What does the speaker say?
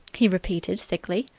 he repeated thickly.